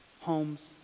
Homes